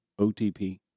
OTP